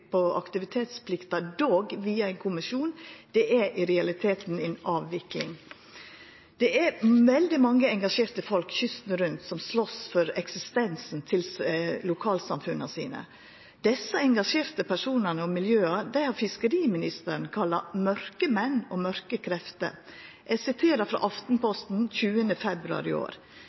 via ein kommisjon – er i realiteten ei avvikling. Det er veldig mange engasjerte folk kysten rundt som slåst for eksistensen til lokalsamfunna sine. Desse engasjerte personane og miljøa har fiskeriministeren kalla mørkemenn og mørke krefter. Eg siterer frå Aftenposten 20. februar i år: